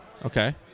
Okay